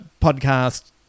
podcast